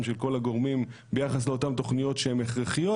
של כל הגורמים ביחס לאותן תוכניות שהן הכרחיות,